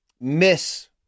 miss